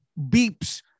beeps